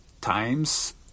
times